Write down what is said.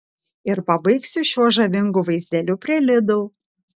ir pabaigsiu šiuo žavingu vaizdeliu prie lidl